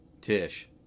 Tish